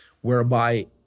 whereby